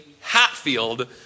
Hatfield